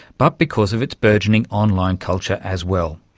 but because of its burgeoning online culture as well.